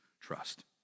trust